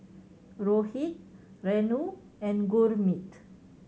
Rohit Renu and Gurmeet